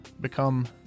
become